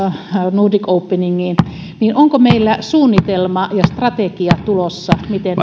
nordic openingiin onko meillä suunnitelma ja strategia tulossa miten